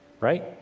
Right